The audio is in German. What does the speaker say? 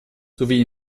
sowie